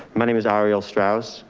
my name is arielle strauss.